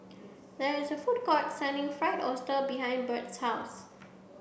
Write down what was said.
there is a food court selling Fried Oyster behind Bert's house